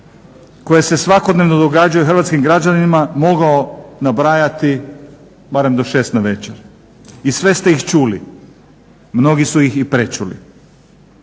koje se svakodnevno događaju hrvatskim građanima mogao nabrajati barem do 6 navečer i sve ste ih čuli, mnogi su ih i prečuli.